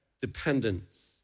dependence